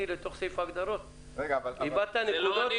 אותו שנים